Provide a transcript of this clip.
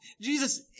Jesus